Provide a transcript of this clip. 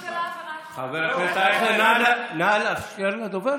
זה לא --- חבר הכנסת אייכלר, תן לדובר.